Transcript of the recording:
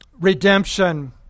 redemption